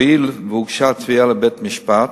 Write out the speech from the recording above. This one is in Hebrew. הואיל והוגשה תביעה לבית-המשפט,